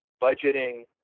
budgeting